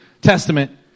Testament